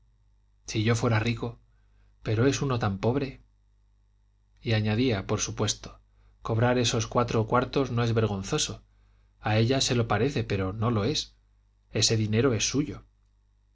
si yo fuera rico pero es uno tan pobre y añadía por supuesto cobrar esos cuatro cuartos no es vergonzoso a ella se lo parece pero no lo es ese dinero es suyo